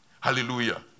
Hallelujah